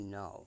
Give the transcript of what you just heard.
no